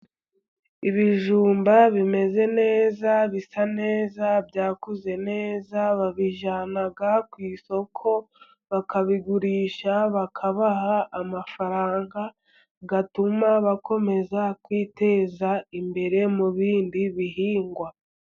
Ibijumba bimeze neza, bisa neza, byakuze neza, babijyana ku isoko bakabigurisha bakabaha amafaranga, atuma bakomeza kwiteza imbere mu bindi bihingwa.